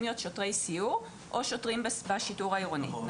להיות שוטרי סיור או שוטרים בשיטור העירוני,